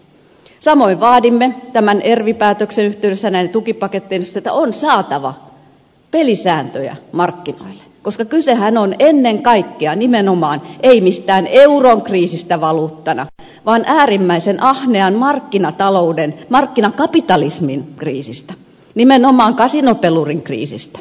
samoin vaadimme tämän ervi päätöksen yhteydessä näiden tukipakettien yhteydessä että on saatava pelisääntöjä markkinoille koska kysehän on ennen kaikkea nimenomaan ei mistään euron kriisistä valuuttana vaan äärimmäisen ahneen markkinakapitalismin kriisistä nimenomaan kasinopelurin kriisistä